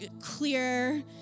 clear